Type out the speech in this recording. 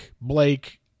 Blake